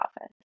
office